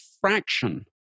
fraction